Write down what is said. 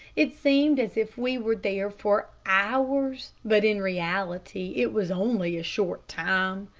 it seemed as if we were there for hours, but in reality it was only a short time.